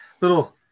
little